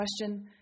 question